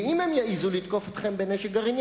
ואם הם יעזו להשמיד אתכם בנשק גרעיני,